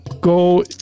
go